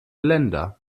länder